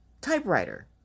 Typewriter